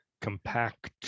compact